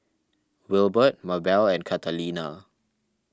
Wilbert Mabell and Catalina